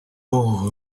бог